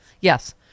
yes